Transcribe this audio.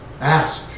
ask